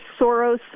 Soros